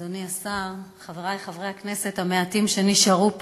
אדוני השר, חברי חברי הכנסת המעטים שנשארו פה,